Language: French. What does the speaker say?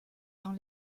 dans